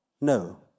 no